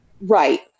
right